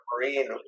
Marine